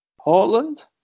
Portland